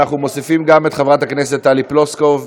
אנחנו מוסיפים לפרוטוקול את חברת הכנסת סתיו שפיר,